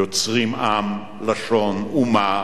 יוצרים עם, לשון, אומה,